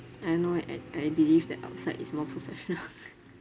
I don't know eh I I believe that outside is more professional